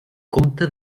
compte